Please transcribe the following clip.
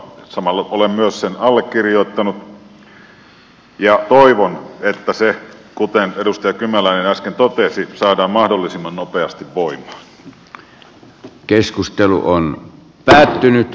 samalla olen sen myös allekirjoittanut ja toivon että se kuten edustaja kymäläinen äsken totesi saadaan mahdollisimman nopeasti voimaan